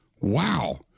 Wow